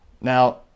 now